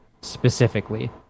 specifically